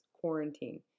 quarantine